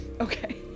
Okay